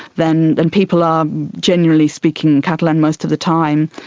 then then people are generally speaking catalan most of the time.